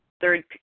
third